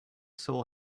saw